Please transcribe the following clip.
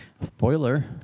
Spoiler